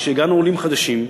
כשהגענו כעולים חדשים,